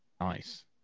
Nice